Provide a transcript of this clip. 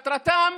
מטרתם